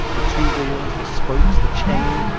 the two wheels, the spokes, the chain,